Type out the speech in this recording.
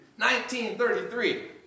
1933